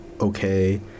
okay